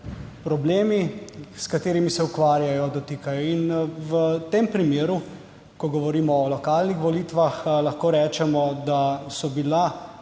problemi, s katerimi se ukvarjajo, dotikajo. V tem primeru, ko govorimo o lokalnih volitvah, lahko rečemo, da so bila